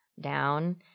down